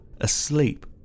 asleep